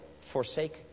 forsake